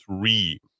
three